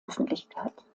öffentlichkeit